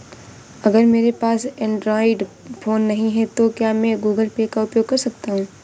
अगर मेरे पास एंड्रॉइड फोन नहीं है तो क्या मैं गूगल पे का उपयोग कर सकता हूं?